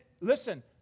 Listen